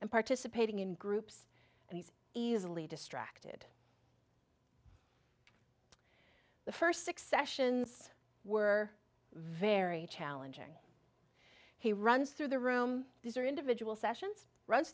and participating in groups and he's easily distracted the first six sessions were very challenging he runs through the room these are individual sessions runs